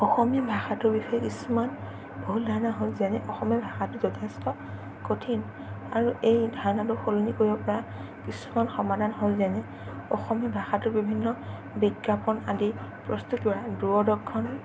অসমীয়া ভাষাটোৰ বিষয়ে কিছুমান ভুল ধাৰণা হ'ল যেনে আমি ভাষাটো যথেষ্ট কঠিন আৰু এই ধাৰণাটো সলনি কৰিব পৰা কিছুমান সমাধান হ'ল যেনে অসমীয়া ভাষাটো বিভিন্ন বিজ্ঞাপন আদি প্ৰস্তুত কৰা দূৰদৰ্শন